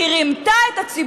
כי היא רימתה את הציבור.